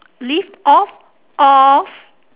live off of